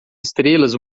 estrelas